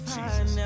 Jesus